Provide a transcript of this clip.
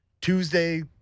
Tuesday